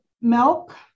milk